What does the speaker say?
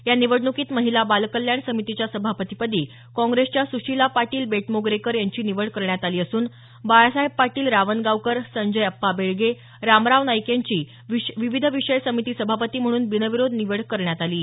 या निवडणुकीत महिला बाल कल्याण समितीच्या सभापतीपदी काँग्रेसच्या सुशीला पाटील बेटमोगरेकर यांची निवड करण्यात आली असून बाळासाहेब पाटील रावनगावकर संजय अप्पा बेळगे रामराव नाईक यांची विविध विषय समिती सभापती म्हणून बिनविरोध निवड करण्यात आली आहे